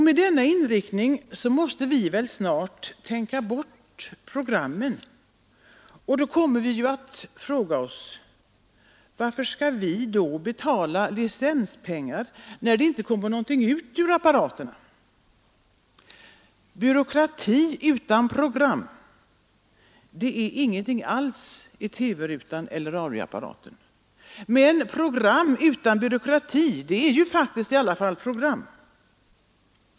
Med denna inriktning måste vi väl snart tänka bort programmen, och då kommer vi att fråga oss: Varför skall vi betala licenspengar, när det inte kommer någonting ut ur apparaterna? Byråkrati utan program — det är ingenting alls i TV-rutan eller radioapparaten. Men program utan byråkrati är ju faktiskt ändå program.